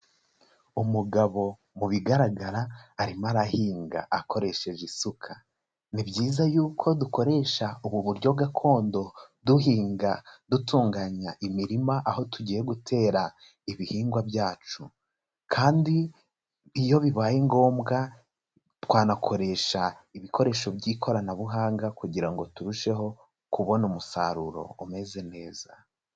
Umugabo mu bigaragara arimo arahinga akoresheje isuka, ni byiza yuko dukoresha ubu buryo gakondo duhinga dutunganya imirima aho tugiye gutera ibihingwa byacu kandi iyo bibaye ngombwa twanakoresha ibikoresho by'ikoranabuhanga kugira ngo turusheho kubona umusaruro umeze neza.